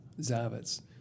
Zavitz